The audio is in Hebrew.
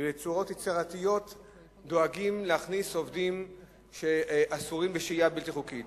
ובצורות יצירתיות דואגים להכניס עובדים בשהייה בלתי חוקית.